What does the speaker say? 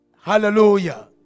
Hallelujah